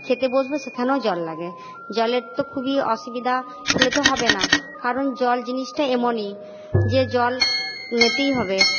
খেতে বসবো সেখানেও জল লাগে জলের তো খুবই অসুবিধা হলে তো হবে না কারণ জল জিনিসটা এমনই যে জল নিতেই হবে